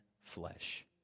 flesh